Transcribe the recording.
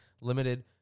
limited